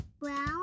Brown